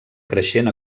creixent